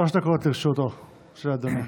שלוש דקות לרשותו של אדוני.